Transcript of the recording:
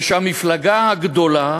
זה שהמפלגה הגדולה